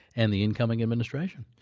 and the incoming administration.